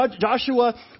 Joshua